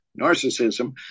narcissism